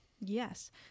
Yes